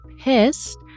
pissed